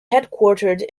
headquartered